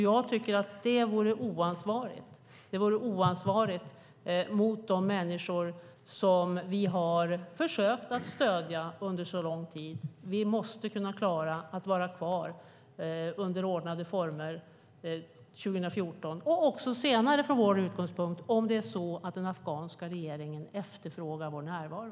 Jag tycker att det vore oansvarigt. Det vore oansvarigt mot de människor som vi har försökt att stödja under så lång tid. Vi måste kunna klara att vara kvar under ordnade former 2014 och från vår utgångspunkt också senare om det är så att den afghanska regeringen efterfrågar vår närvaro.